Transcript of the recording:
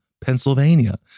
Pennsylvania